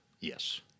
Yes